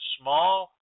small